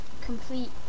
Complete